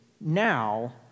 now